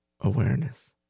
awareness